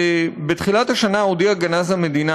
בתחילת השנה הודיע גנז המדינה,